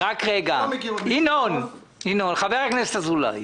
חבר הכנסת אזולאי,